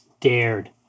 dared